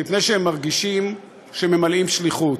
מפני שהם מרגישים שהם ממלאים שליחות.